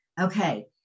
okay